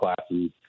classes